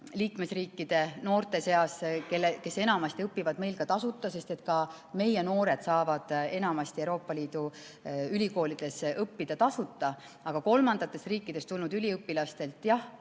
liikmesriikide noorte puhul, kes enamasti õpivad meil tasuta, sest ka meie noored saavad enamasti Euroopa Liidu ülikoolides õppida tasuta. Aga kolmandatest riikidest tulnud üliõpilastelt saab